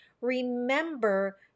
remember